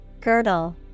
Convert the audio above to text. Girdle